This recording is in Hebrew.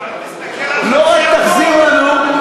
אבל תסתכל על החוק,